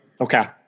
Okay